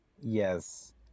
Yes